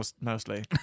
Mostly